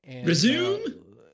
Resume